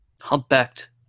Humpbacked